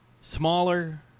smaller